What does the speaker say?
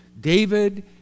David